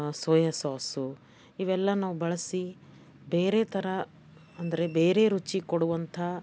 soya sauce ಇವೆಲ್ಲ ನಾವು ಬಳಸಿ ಬೇರೆ ಥರ ಅಂದರೆ ಬೇರೆ ರುಚಿ ಕೊಡುವಂಥ